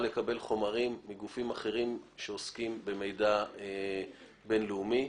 לקבל חומרים מגופים אחרים שעוסקים במידע בין לאומי,